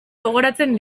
gogoratzen